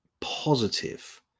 positive